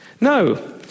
No